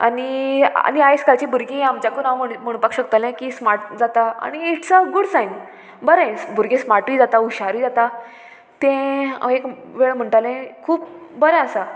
आनी आनी आयज कालची भुरगीं आमच्याकून हांव म्हणपाक शकतलें की स्मार्ट जाता आनी इट्स अ गूड सायन बरें भुरगें स्मार्टूय जाता हुशारूय जाता तें हांव एक वेळ म्हणटालें खूब बरें आसा